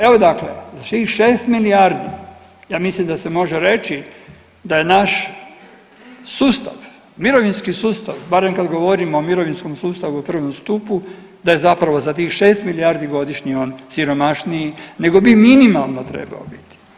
Evo dakle tih 6 milijardi ja mislim da se može reći da je naš sustav, mirovinski sustav barem kad govorimo o mirovinskom sustavu u 1. stupu da je zapravo za tih 6 milijardi godišnje on siromašniji nego bi minimalno trebao biti.